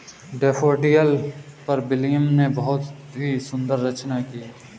daffodil पर William ने बहुत ही सुंदर रचना की है